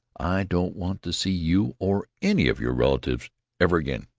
i don't want to see you or any of your relatives ever again!